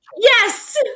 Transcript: Yes